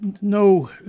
no